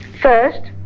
first,